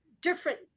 different